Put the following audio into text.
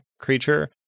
creature